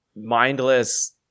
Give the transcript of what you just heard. mindless